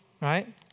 right